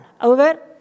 over